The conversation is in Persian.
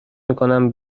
میکنم